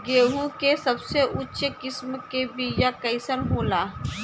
गेहूँ के सबसे उच्च किस्म के बीया कैसन होला?